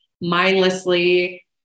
mindlessly